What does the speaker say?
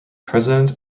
president